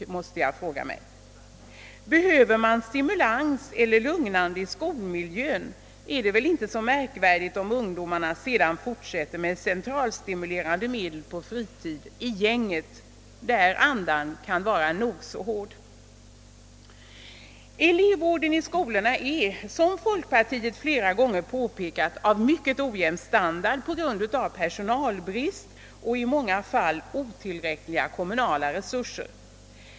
Om det behövs stimulans eller lugnande medel i skolmiljön, är det inte så märkvärdigt om ungdomarna sedan fortsätter med centralstimulerande medel på fritiden i gänget, där andan kan vara nog så hård. Elevvården i skolorna är, som folkpartiet flera gånger påpekat, av mycket ojämn standard på grund av personalbrist och i många fall otillräckliga kommunala resurser.